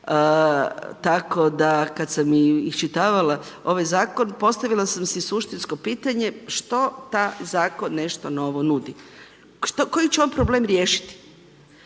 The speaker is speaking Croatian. Tako da kad sam i iščitavala ovaj zakon postavila sam si suštinsko pitanje što taj zakon nešto novo nudi, koji će on problem riješiti.